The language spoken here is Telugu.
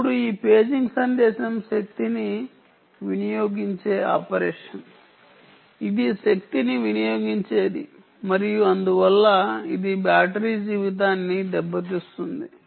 ఇప్పుడు ఈ పేజింగ్ సందేశం శక్తిని వినియోగించే ఆపరేషన్ ఇది శక్తిని వినియోగించేది మరియు అందువల్ల ఇది బ్యాటరీ జీవితాన్ని దెబ్బతీస్తుంది